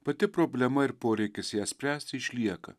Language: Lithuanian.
pati problema ir poreikis ją spręsti išlieka